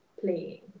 playing